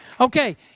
Okay